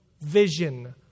vision